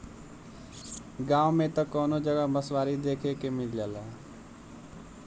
गांव में त कवनो जगह बँसवारी देखे के मिल जाला